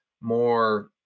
more